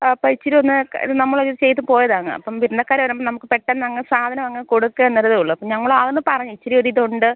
അപ്പോൾ ഇച്ചിരി ഒന്ന് ഇത് നമ്മളത് ചെയ്ത് പോയതാണ് അങ്ങ് അപ്പം വിരുന്നക്കാര് വരുമ്പോൾ നമുക്ക് പെട്ടെന്നങ്ങ് സാധനം അങ്ങ് കൊടുക്കുക എന്നതേ ഉള്ളൂ അപ്പം ഞങ്ങൾ ആകുന്നത് പറഞ്ഞ് ഇച്ചിരി ഒരിതുണ്ട്